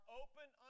open